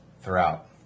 throughout